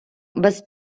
без